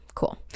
Cool